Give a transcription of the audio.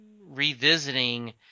revisiting